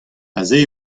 aze